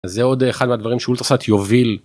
זה עוד אחד מהדברים שאולטראסאט יוביל.